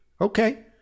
Okay